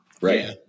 Right